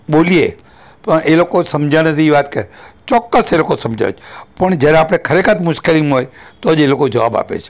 બોલીએ પણ એ લોકો સમજ્યા નથી એ વાત કે ચોક્કસ એ લોકો સમજાવે છે પણ જ્યારે આપણે ખરેખર મુશ્કેલીમાં હોઈ તો જ એ લોકો જવાબ આપે છે